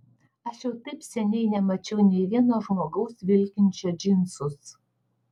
aš jau taip seniai nemačiau nei vieno žmogaus vilkinčio džinsus